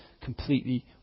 completely